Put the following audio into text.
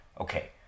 Okay